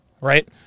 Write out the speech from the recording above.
right